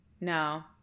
No